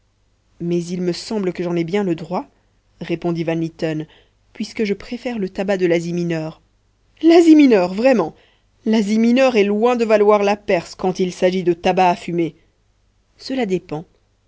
mais il me semble que j'en ai bien le droit répondit van mitten puisque je préfère le tabac de l'asie mineure l'asie mineure vraiment l'asie mineure est loin de valoir la perse quand il s'agit de tabac à fumer cela dépend